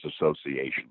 Association